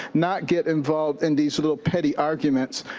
not get involved in these little petty arguments.